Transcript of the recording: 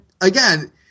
again